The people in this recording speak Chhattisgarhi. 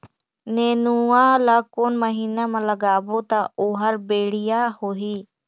नेनुआ ला कोन महीना मा लगाबो ता ओहार बेडिया होही?